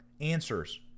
answers